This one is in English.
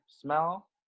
smell